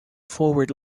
forward